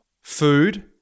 food